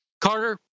Carter